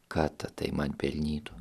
ką tatai man pelnytų